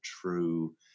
true